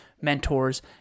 mentors